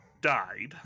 died